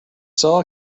saw